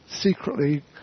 secretly